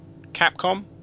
Capcom